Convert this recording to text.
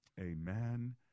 amen